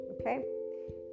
okay